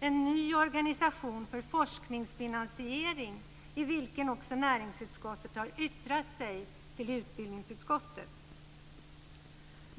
och ny organisation för forskningsfinansiering, där näringsutskottet har yttrat sig till utbildningsutskottet.